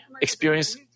experience